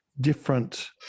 different